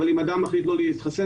אבל אם אדם מחליט לא להתחסן,